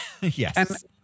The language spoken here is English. Yes